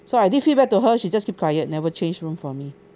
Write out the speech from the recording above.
so I did feedback to her she just keep quiet never change room for me